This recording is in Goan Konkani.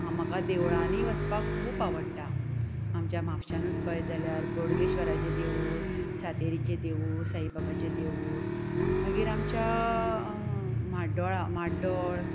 म्हाका देवळांनी वचपाक खूब आवडटा आमच्या म्हापशानूच पळयत जाल्यार बोडगेश्वराचें देवूळ सातेरीचें देवूळ साईबाबाचें देवूळ मागीर आमच्या म्हाड्डोळा माड्डोळ